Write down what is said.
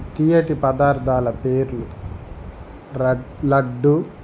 తియ్యటి పదార్థాల పేర్లు లడ్డు